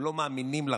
הם לא מאמינים לכם.